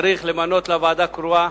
צריך למנות לה ועדה קרואה.